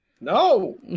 No